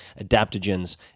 adaptogens